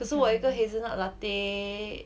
可是我一个 hazelnut latte